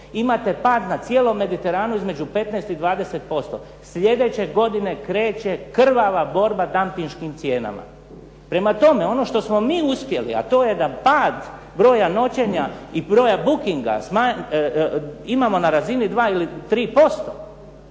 Imate pad na cijelom Mediteranu između 15 i 20%. Sljedeće godine kreće krvava borba dampinškim cijenama. Prema tome, ono što smo mi uspjeli, a to je da pad broja noćenja i broja bookinga imamo na razini dva ili tri